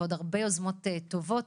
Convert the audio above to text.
ועוד הרבה יוזמות טובות.